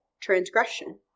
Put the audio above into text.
transgression